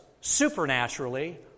supernaturally